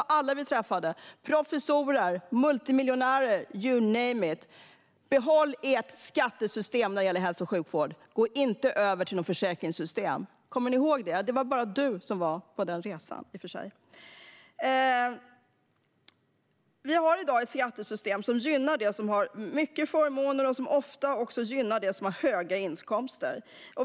Då sa alla som vi träffade - professorer, multimiljonärer, you name it: Behåll ert skattesystem när det gäller hälso och sjukvård! Gå inte över till ett försäkringssystem! Kommer ni ihåg det? Vi har i dag ett skattesystem som gynnar dem som har mycket förmåner och som ofta också gynnar dem som har höga inkomster.